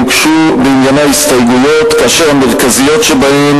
הוגשו בעניינה הסתייגויות אשר המרכזיות שבהן